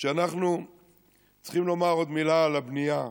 שאנחנו צריכים לומר עוד מילה על הבנייה.